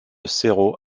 cerro